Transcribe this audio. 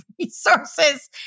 resources